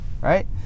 right